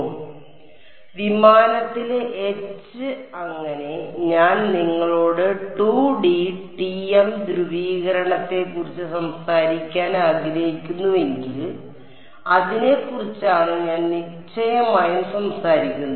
അതിനാൽ വിമാനത്തിലെ എച്ച് അങ്ങനെ ഞാൻ നിങ്ങളോട് 2D TM ധ്രുവീകരണത്തെക്കുറിച്ച് സംസാരിക്കാൻ ആഗ്രഹിക്കുന്നുവെങ്കിൽ അതിനെക്കുറിച്ചാണ് ഞാൻ നിശ്ചയമായും സംസാരിക്കുന്നത്